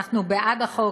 אנחנו בעד החוק,